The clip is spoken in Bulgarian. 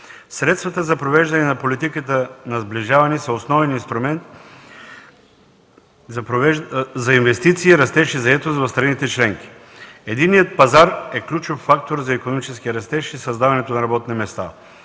Средствата за провеждане на политиката на сближаване са основен инструмент за инвестиции, растеж и заетост в страните членки. Единният пазар е ключов фактор за икономически растеж и създаването на работни места.